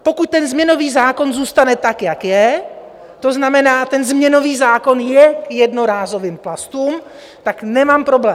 Pokud ten změnový zákon zůstane tak, jak je, to znamená ten změnový zákon je k jednorázovým plastům, tak nemám problém.